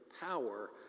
power